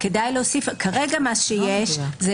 כרגע מה שיש זה